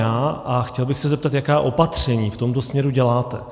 A chtěl bych se zeptat, jaká opatření v tomto směru děláte.